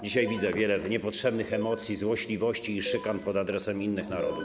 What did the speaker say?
Dzisiaj widzę wiele niepotrzebnych emocji, złośliwości i szykan pod adresem innych narodów.